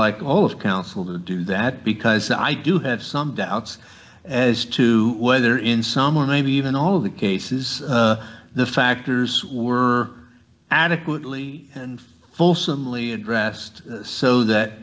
like all of counsel to do that because i do have some doubts as to whether in some of the even all of the cases the factors were adequately and fulsomely addressed so that